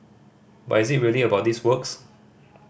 but is it really about these works